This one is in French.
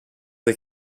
des